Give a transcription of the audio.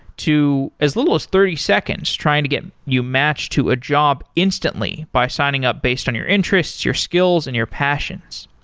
to as little as thirty seconds trying to get you matched to a job instantly, by signing up based on your interests, your skills and your passions.